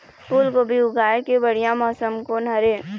फूलगोभी उगाए के बढ़िया मौसम कोन हर ये?